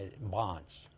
bonds